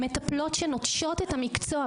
יש מטפלות פרא-רפואיות שנוטשות את המקצוע,